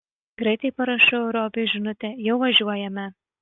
greitai parašau robiui žinutę jau važiuojame